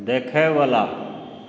देखयवला